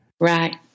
Right